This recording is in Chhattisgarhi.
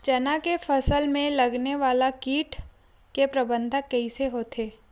चना के फसल में लगने वाला कीट के प्रबंधन कइसे होथे?